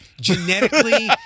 genetically